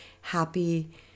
happy